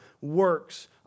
works